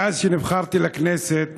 מאז שנבחרתי לכנסת,